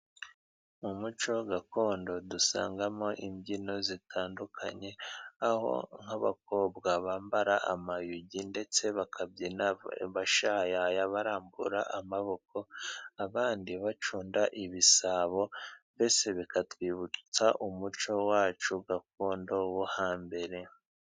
Mu muco gakondo dusangamo imbyino zitandukanye, aho nk'abakobwa bambara amayugi, ndetse bakabyina bashayaya, barambura amaboko, abandi bacunda ibisabo mbese bikatwibutsa umuco wacu gakondo, wo hambere.